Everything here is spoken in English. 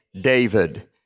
David